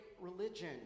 religion